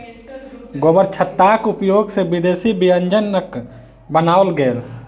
गोबरछत्ताक उपयोग सॅ विदेशी व्यंजनक बनाओल गेल